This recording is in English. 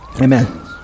Amen